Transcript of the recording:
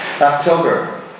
October